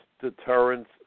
deterrence